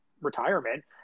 retirement